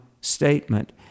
statement